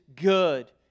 good